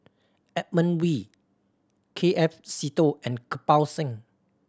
Edmund Wee K F Seetoh and Kirpal Singh